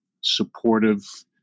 supportive